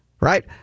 right